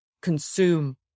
consume